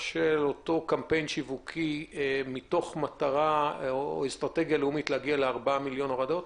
של קמפיין שיווקי על מנת להגיע לארבע מיליון הורדות?